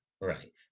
Right